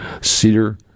Cedar